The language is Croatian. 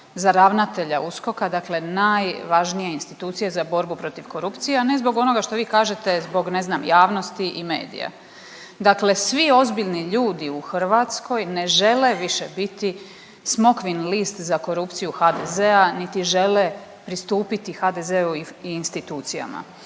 za ravnatelja USKOK-a, dakle najvažnije institucije za borbu protiv korupcije, a ne zbog onoga što vi kažete, zbog ne znam, javnosti i medija. Dakle svi ozbiljni ljudi u Hrvatskoj ne žele više biti smokvin list za korupciju HDZ-a niti žele pristupiti HDZ-u i institucijama.